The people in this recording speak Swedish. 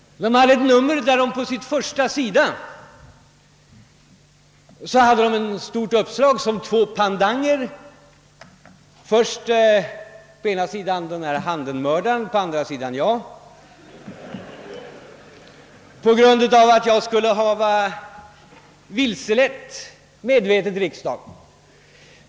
I ett stort uppslag på första sidan i ett nummer av tidningen hade man som två pendanger på ena sidan Handen-mördaren, på den andra sidan mig på grund av att jag medvetet skulle ha vilselett riksdagen.